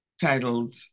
titled